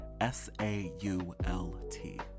S-A-U-L-T